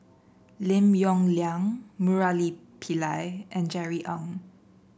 Lim Yong Liang Murali Pillai and Jerry Ng